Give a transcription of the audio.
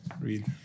read